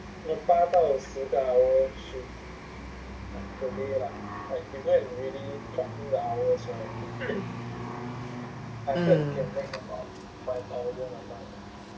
mm